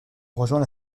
rejoint